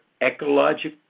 ecological